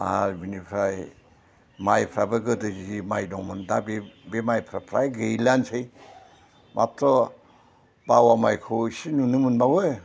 आर बिनिफ्राय माइफ्राबो गोदो जि माइ दंमोन दा बे बे माइफ्रा फ्राय गैलायानोसै माथ्र' बावा माइखौ एसे नुनो मोनबावो